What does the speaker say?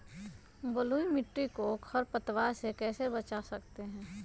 बलुई मिट्टी को खर पतवार से कैसे बच्चा सकते हैँ?